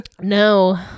no